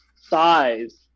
size